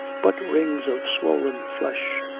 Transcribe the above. but rings of swollen flesh.